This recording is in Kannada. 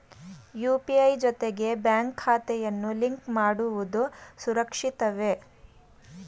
ಯು.ಪಿ.ಐ ಜೊತೆಗೆ ಬ್ಯಾಂಕ್ ಖಾತೆಯನ್ನು ಲಿಂಕ್ ಮಾಡುವುದು ಸುರಕ್ಷಿತವೇ?